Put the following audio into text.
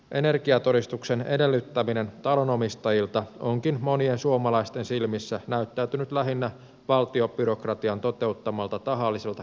energiatodistuksen edellyttäminen talonomistajilta onkin monien suomalaisten silmissä näyttäytynyt lähinnä valtiobyrokratian toteuttamalta tahalliselta kiusanteolta